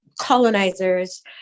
colonizers